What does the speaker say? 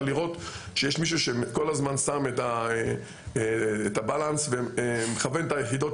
אבל לראות שיש מישהו שכל הזמן שם את הבאלאנס ומכוון את היחידות